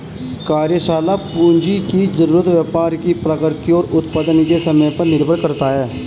कार्यशाला पूंजी की जरूरत व्यापार की प्रकृति और उत्पादन के समय पर निर्भर करता है